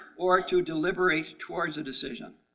or to deliberate towards a decision.